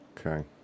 okay